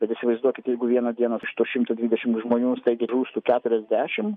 bet įsivaizduokit jeigu vieną dieną iš to šimto dvidešimt žmonių staigiai žūstų keturiasdešimt